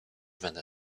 będę